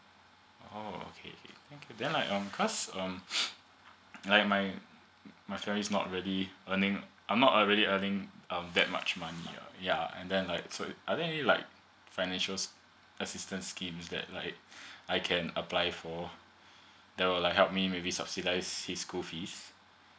oh okay okay thank you um cause um like my my family is not really earning I'm not a really earning uh that much money uh ya and then like are there like financial assistance scheme that like I can apply for they will like help me maybe subsidized the school fees